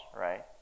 right